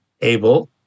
able